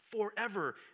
Forever